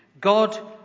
God